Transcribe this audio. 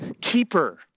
keeper